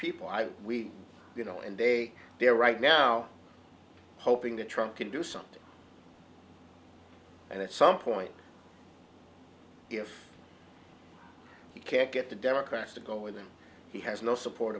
people i we you know and they they're right now hoping the truck can do something and at some point if he can't get the democrats to go with him he has no support